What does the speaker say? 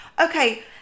Okay